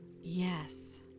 Yes